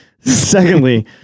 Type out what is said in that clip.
Secondly